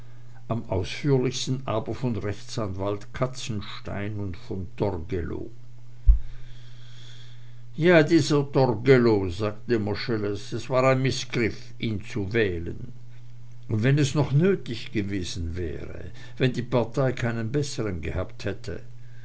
am ausführlichsten aber von rechtsanwalt katzenstein und von torgelow ja dieser torgelow sagte moscheles es war ein mißgriff ihn zu wählen und wenn es noch nötig gewesen wäre wenn die partei keinen besseren gehabt hätte